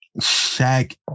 Shaq